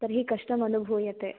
तर्हि कष्टम् अनुभूयते